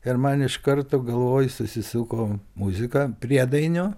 ir man iš karto galvoj susisuko muzika priedainio